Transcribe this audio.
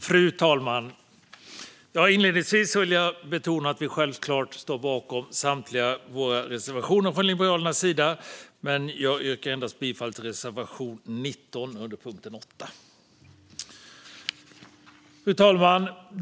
Fru talman! Inledningsvis vill jag betona att jag givetvis står bakom samtliga reservationer från Liberalerna, men jag yrkar bifall endast till reservation 19 under punkt 8. Fru talman!